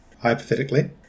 Hypothetically